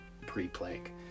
pre-plague